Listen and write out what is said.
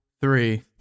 three